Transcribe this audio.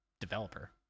developer